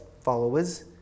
followers